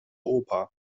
oper